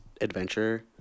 adventure